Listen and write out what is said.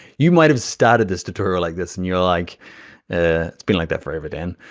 you might have started this tutorial like this and you're like ah it's been like that forever dan,